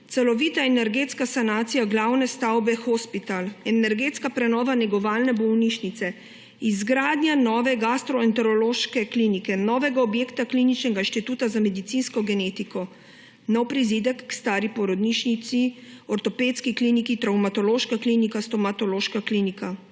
celovita energetska sanacija glavne stavbe Hospital, energetska prenova Negovalne bolnišnice, izgradnja nove gastroenterološke klinike, novega objekta Kliničnega inštituta za medicinsko genetiko, nov prizidek k stari porodnišnici, Ortopedski kliniki, travmatološka klinika, Stomatološka klinika.